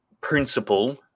principle